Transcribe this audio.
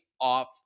off